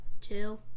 Two